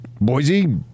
Boise